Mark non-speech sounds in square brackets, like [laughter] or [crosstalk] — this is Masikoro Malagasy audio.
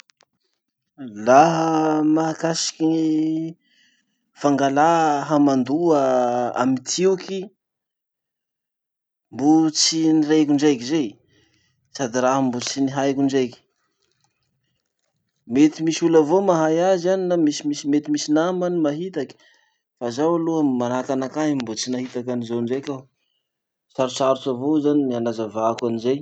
[noise] Laha mahakasiky gny fangalà hamandoa amy tioky, [hesitation] mbo tsy nireko indraiky zay. Sady raha mbo tsy nihaiko indraiky. Mety misy olo avao mahay azy any na mety misimisy misy mety misy nama any mahitaky, fa zaho aloha manahaky anakahy mbo tsy nahitaky anizao indraiky aho.